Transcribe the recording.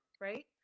Right